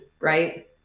right